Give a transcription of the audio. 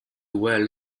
well